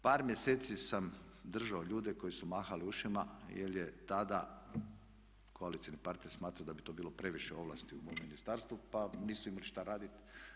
Par mjeseci sam držao ljude koji su mahali ušima jer je tada koalicioni parter smatrao da bi to bilo previše ovlasti u mom ministarstvu pa nisu imali šta raditi.